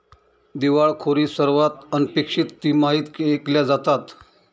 दिवाळखोरी सर्वात अनपेक्षित तिमाहीत ऐकल्या जातात